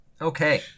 Okay